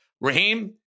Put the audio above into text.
Raheem